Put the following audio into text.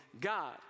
God